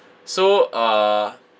so uh